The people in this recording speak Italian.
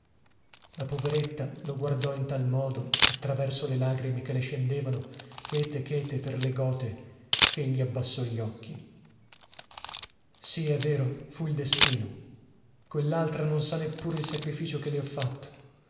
la poveretta lo guardò in tal modo attraverso le lagrime che le scendevano chete chete per le gote chegli abbassò gli occhi sì è vero fu il destino quellaltra non sa neppur il sacrificio che le ho fatto